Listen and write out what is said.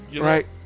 Right